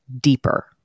deeper